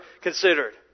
considered